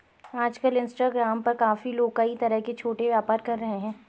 आजकल इंस्टाग्राम पर काफी लोग कई तरह के छोटे व्यापार कर रहे हैं